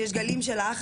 את מסתכלת עלי.